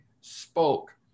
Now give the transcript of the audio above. spoke